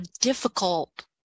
difficult